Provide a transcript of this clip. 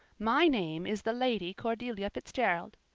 my name is the lady cordelia fitzgerald.